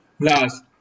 last